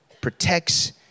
protects